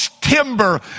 timber